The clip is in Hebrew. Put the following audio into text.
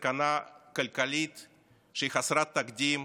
סכנה כלכלית שהיא חסרת תקדים,